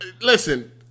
Listen